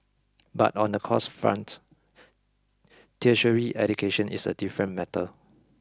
but on the costs front tertiary education is a different matter